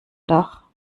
dach